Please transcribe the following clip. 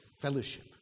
fellowship